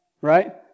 Right